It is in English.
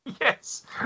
Yes